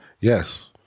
Yes